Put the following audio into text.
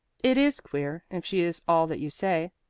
it is queer, if she is all that you say.